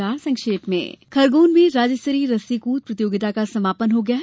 समाचार संक्षेप में खरगोन में राज्य स्तरीय रोप स्तरीय प्रतियोगिता का समापन हो गया है